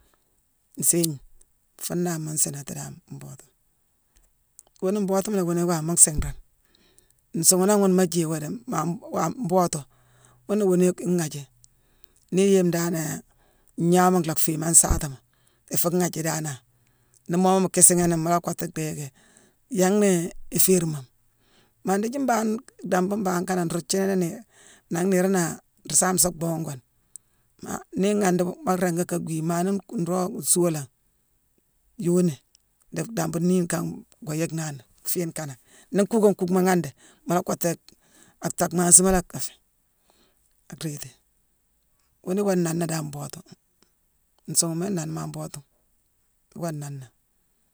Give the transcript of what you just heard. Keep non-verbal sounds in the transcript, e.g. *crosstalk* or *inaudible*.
Nsééyigna, *noise* fu nnaama nsiinati dan mbootu. Wuune mbootuma wuune waama nsiinrane. Nsuughune nangh ghune maa jééwoo maa- mbo-waam-mbootu ghuna wuune ighaaji. Ni iyéme danane ngnaawuma nlhaa fééme an saatama, ifuu ghaaji danane. Nii moo mu kiisighi ni; mu la kottu dhii yicki yangh néé iféérimaanime. Maa ndiithi mbangh dambu mbangh kanack nruu thiini ni, nangh niirone naa nruu saame sa bhuughune wuune. Nii ighandi, maa ringi ka gwii. Maa nii nroog nsuua langhi yooni dii dhambu niikane ngoo yick naani fiine kanack. Nii nkuuckakuckma ghandi, mu la kottu ak tackmaasima la aféé, arééti. Wuune iwoo nonnéé dan mbootu. Nsuunghuma inonnéé, maa mbootu, iwoo nonné.